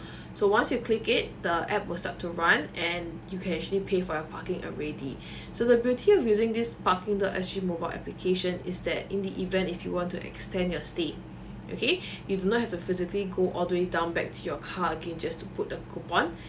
so once you click it the app will start to run and you can actually pay for your parking already so the beauty of using this parking dot S G mobile application is that in the event if you want to extend your stay okay you do not have to physically go all the way down back to your car again just to put the coupon